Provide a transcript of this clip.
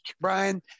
Brian